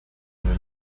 come